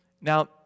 Now